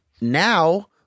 Now –